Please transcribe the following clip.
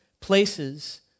places